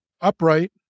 upright